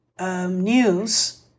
news